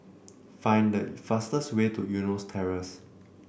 find the fastest way to Eunos Terrace